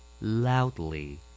Loudly